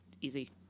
easy